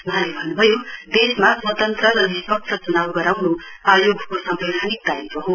वहाँले भन्नुभयो देशमा स्वतन्त्र र निस्पक्ष चुनाउ गराउनु आयोगको सम्बैधानिक दायित्व हो